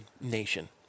nation